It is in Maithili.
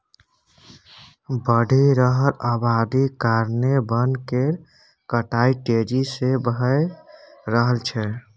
बढ़ि रहल अबादी कारणेँ बन केर कटाई तेजी से भए रहल छै